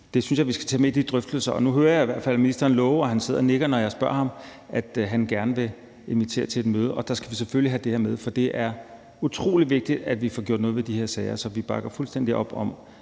Det synes jeg vi skal tage med i de drøftelser. Nu hører jeg i hvert fald ministeren love, og han sidder og nikker, når jeg spørger ham, at han gerne vil invitere til et møde. Der skal vi selvfølgelig have det her med, for det er utrolig vigtigt, at vi får gjort noget ved de her sager. Så vi bakker fuldstændig op om,